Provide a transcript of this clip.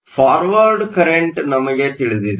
forward current ನಮಗೆ ತಿಳಿದಿದೆ